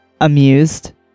amused